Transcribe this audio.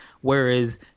Whereas